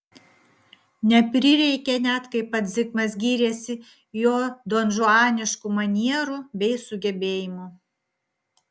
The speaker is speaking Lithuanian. neprireikė net kaip pats zigmas gyrėsi jo donžuaniškų manierų bei sugebėjimų